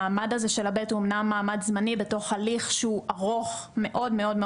המעמד הזה של הב' הוא אמנם מעמד זמני בתוך הליך שהוא ארוך מאוד מאוד,